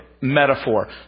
metaphor